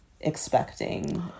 expecting